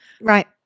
Right